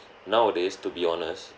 nowadays to be honest